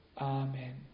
Amen